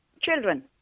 children